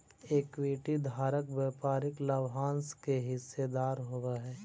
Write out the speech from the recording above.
equity धारक व्यापारिक लाभांश के हिस्सेदार होवऽ हइ